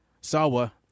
Sawa